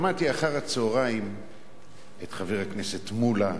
שמעתי אחר-הצהריים את חבר הכנסת מולה,